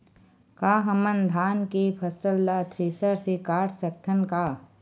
का हमन धान के फसल ला थ्रेसर से काट सकथन का?